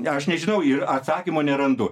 aš nežinau ir atsakymo nerandu